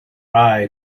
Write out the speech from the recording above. eye